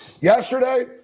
yesterday